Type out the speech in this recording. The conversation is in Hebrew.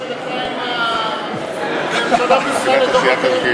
מממשלות ישראל לדורותיהן.